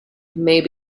maybe